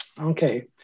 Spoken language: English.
Okay